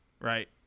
right